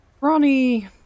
ronnie